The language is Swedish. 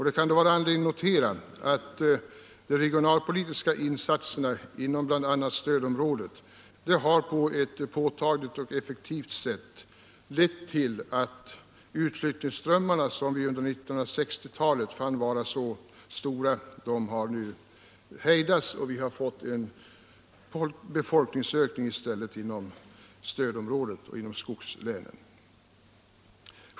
Det kan då vara anledning notera att de regionalpolitiska insatserna inom bi. a. stödområdet på ett påtagligt och effektivt sätt har lett till att utflyttningsströmmen, som under 1960-talet var så stark, nu har hejdats och att vi i stället har fått en befolkningsökning inom stödområdet och i skogslänen.